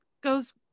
goes